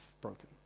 broken